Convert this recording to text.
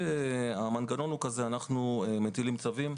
המנגנון הוא כדלהלן: אנחנו מטילים צווים,